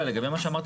כנ"ל לגבי מעבדות